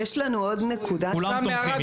כולם תומכים.